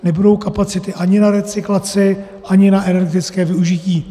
Nebudou kapacity ani na recyklaci, ani na elektrické využití.